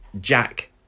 Jack